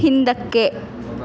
ಹಿಂದಕ್ಕೆ